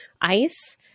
ICE